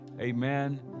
Amen